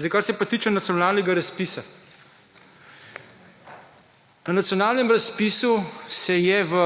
Zdaj kar se pa tiče nacionalnega razpisa. Na nacionalnem razpisu se je v